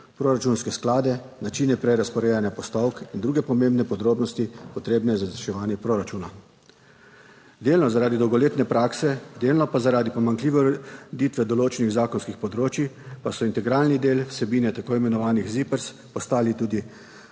proračunske sklade, načine prerazporejanja postavk in druge pomembne podrobnosti, potrebne za izvrševanje proračuna. Delno zaradi dolgoletne prakse, delno pa zaradi pomanjkljive ureditve določenih zakonskih področij, pa so integralni del vsebine tako imenovanih ZIPRS, postali tudi